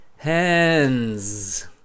hands